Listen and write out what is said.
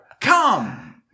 Come